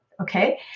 okay